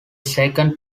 second